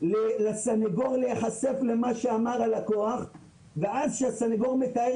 לסניגור להיחשף למה שאמר הלקוח ואז כשסניגור מתאר